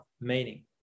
meaning